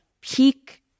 peak